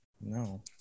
No